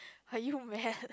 are you mad